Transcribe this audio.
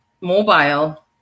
mobile